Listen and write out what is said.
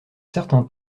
certain